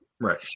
Right